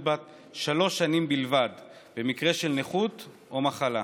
בת שלוש שנים בלבד במקרה של נכות או מחלה.